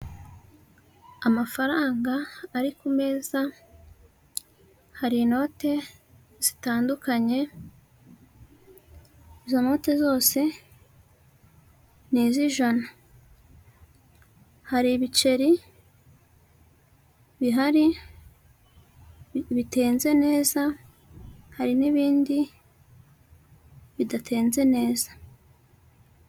Amafaranga ari ku meza, hari inote zitandukanye izo note zose ni iz'ijana. Hari ibiceri bihari bitenze neza, hari n'ibindi bidatenze neza.